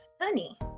honey